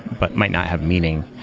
but might not have meaning,